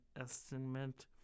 estimate